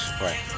Right